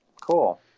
Cool